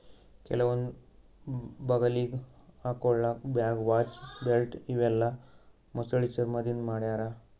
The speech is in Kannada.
ಕೆಲವೊಂದ್ ಬಗಲಿಗ್ ಹಾಕೊಳ್ಳ ಬ್ಯಾಗ್, ವಾಚ್, ಬೆಲ್ಟ್ ಇವೆಲ್ಲಾ ಮೊಸಳಿ ಚರ್ಮಾದಿಂದ್ ಮಾಡ್ತಾರಾ